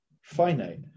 finite